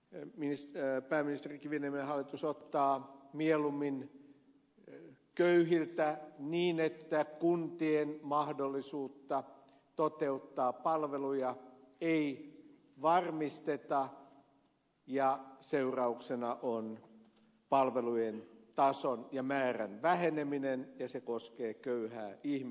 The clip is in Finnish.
valtio nykyhallitus pääministeri kiviniemen hallitus ottaa mieluimmin köyhiltä niin että kuntien mahdollisuutta toteuttaa palveluja ei varmisteta ja seurauksena on palvelujen tason ja määrän väheneminen ja se koskee köyhää ihmistä